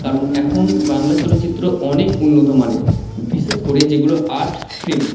কারণ এখন বাংলা চলচ্চিত্র অনেক উন্নত মানের বিশেষ করে যেগুলো আর্ট ফিল্ম